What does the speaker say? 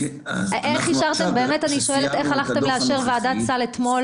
אני באמת שואלת - איך הלכתם לאשר ועדת סל אתמול,